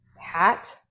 Hat